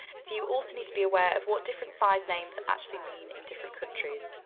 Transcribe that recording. so you also need to be aware of what different size names actually mean in different countries.